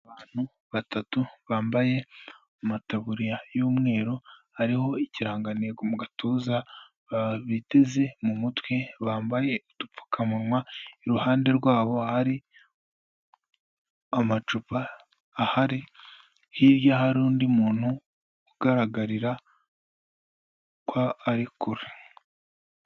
Abantu batatu bambaye amataburiya y'umweru hariho ikiranganego mu gatuza biteze mu mutwe bambaye udupfukamunwa iruhande rwabo hari amacupa ahari hirya hari undi muntu ugaragarira kwa ari kure.